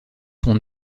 son